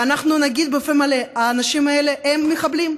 ואנחנו נגיד בפה מלא: האנשים האלה הם מחבלים.